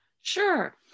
Sure